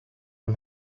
him